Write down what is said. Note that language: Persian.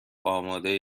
امادهی